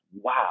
wow